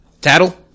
Tattle